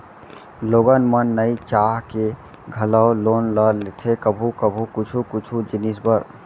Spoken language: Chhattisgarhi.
लोगन मन नइ चाह के घलौ लोन ल लेथे कभू कभू कुछु कुछु जिनिस बर